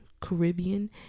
Caribbean